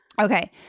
Okay